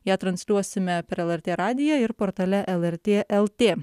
ją transliuosime per lrt radiją ir portale lrt lt